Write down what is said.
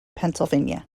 pennsylvania